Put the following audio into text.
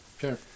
Sure